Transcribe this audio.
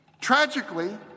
Tragically